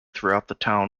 throughout